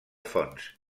fonts